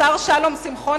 השר שלום שמחון,